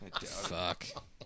Fuck